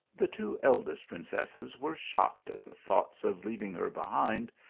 the two eldest princesses were shocked at the thoughts of leaving her behind,